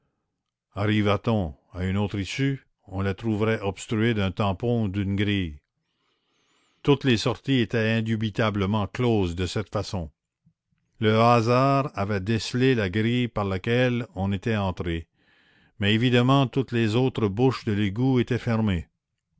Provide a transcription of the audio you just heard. arrivât on à une autre issue on la trouverait obstruée d'un tampon ou d'une grille toutes les sorties étaient indubitablement closes de cette façon le hasard avait descellé la grille par laquelle on était entré mais évidemment toutes les autres bouches de l'égout étaient fermées